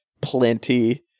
Plenty